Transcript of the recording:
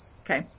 Okay